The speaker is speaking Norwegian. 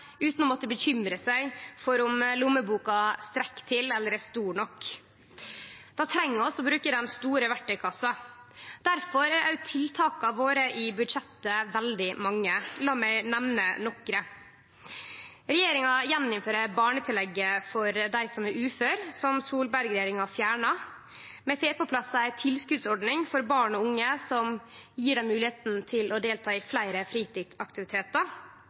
seg for om lommeboka strekk til eller er stor nok. Då treng vi å bruke den store verktøykassa. Difor er òg tiltaka våre i budsjettet veldig mange. La meg nemne nokre: Regjeringa gjeninnfører barnetillegget for dei som er uføre, som Solberg-regjeringa fjerna. Vi får på plass ei tilskotsordning for barn og unge, som gjev dei moglegheita til å delta i fleire fritidsaktivitetar.